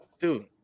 dude